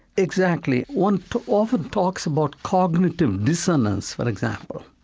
exactly. one often talks about cognitive dissonance, for example.